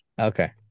Okay